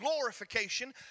glorification